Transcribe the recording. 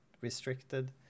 restricted